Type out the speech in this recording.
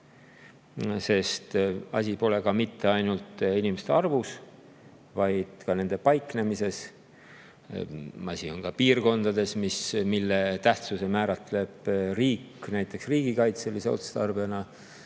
sest asi pole mitte ainult inimeste arvus, vaid ka nende paiknemises. Asi on ka piirkondades, mille tähtsuse määratleb riik, näiteks riigikaitselise otstarbe